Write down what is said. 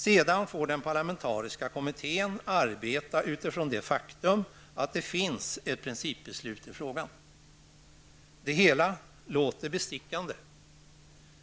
Sedan får den parlamentariska kommittén arbeta utifrån det faktum att det finns ett principbeslut i frågan. Det hela låter bestickande.